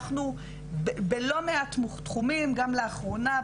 אנחנו בלא מעט תחומים, גם לאחרונה.